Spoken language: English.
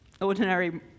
ordinary